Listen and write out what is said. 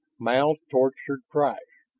mouthed tortured cries,